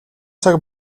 цаг